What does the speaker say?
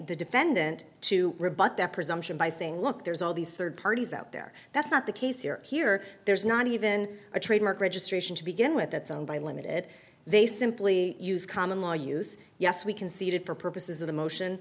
the defendant to rebut that presumption by saying look there's all these third parties out there that's not the case here here there's not even a trademark registration to begin with that's owned by limited they simply use common law use yes we conceded for purposes of the motion